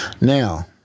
Now